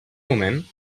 moment